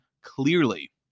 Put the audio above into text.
clearly